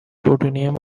plutonium